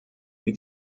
mit